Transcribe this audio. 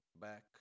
back